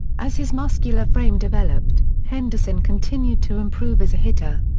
as his muscular frame developed, henderson continued to improve as a hitter.